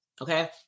Okay